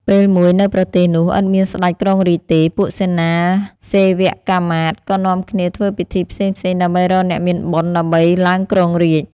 ពេលមួយនៅប្រទេសនោះឥតមានស្ដេចគ្រងរាជ្យទេ ពួកសេនាសេវកាមាត្រ ក៏នាំគ្នាធ្វើពិធីផ្សេងៗ ដើម្បីរកអ្នកមានបុណ្យ ដើម្បីឡើងគ្រងរាជ្យ។